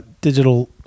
digital